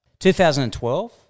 2012